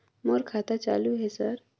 मोर खाता चालु हे सर?